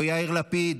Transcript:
לא יאיר לפיד,